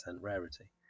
rarity